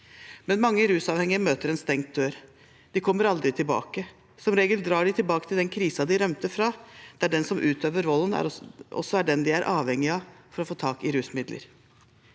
men mange rusavhengige møter en stengt dør. De kommer aldri tilbake. Som regel drar de tilbake til den krisen de rømte fra, der den som utøver volden, også er den de er avhengige av for å få tak i rusmidler.